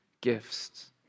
gifts